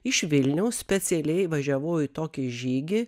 iš vilniaus specialiai važiavau į tokį žygį